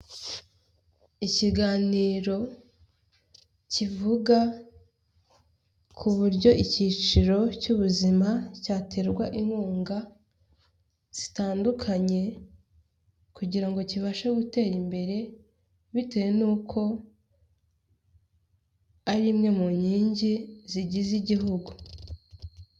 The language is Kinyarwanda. Ikiganiro kivuga ku buryo icyiciro cy'ubuzima cyaterwa inkunga zitandukanye, kugira ngo kibashe gutera imbere bitewe nuko ari imwe mu nkingi zigize igihugu.